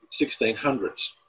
1600s